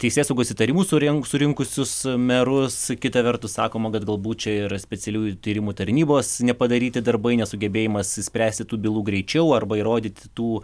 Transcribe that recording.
teisėsaugos įtarimų surink surinkusius merus kita vertus sakoma kad galbūt čia ir specialiųjų tyrimų tarnybos nepadaryti darbai nesugebėjimas išspręsti tų bylų greičiau arba įrodyti tų